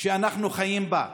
שאנחנו חיים בה.